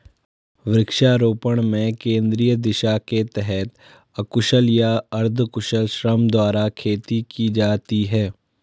वृक्षारोपण में केंद्रीय दिशा के तहत अकुशल या अर्धकुशल श्रम द्वारा खेती की जाती है